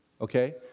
okay